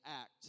act